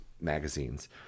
magazines